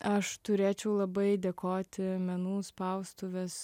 aš turėčiau labai dėkoti menų spaustuvės